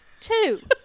Two